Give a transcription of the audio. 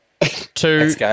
Two